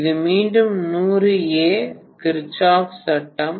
இது மீண்டும் 100 ஏ கிர்ச்சோஃப் சட்டம்